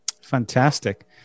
Fantastic